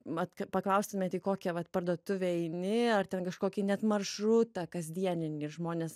mat paklaustumėt į kokią vat parduotuvę eini ar ten kažkokį net maršrutą kasdieninį žmonės